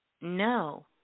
no